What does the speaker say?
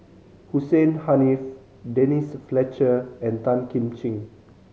Hussein Haniff Denise Fletcher and Tan Kim Ching